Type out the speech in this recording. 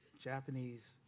Japanese